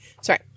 Sorry